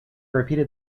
repeated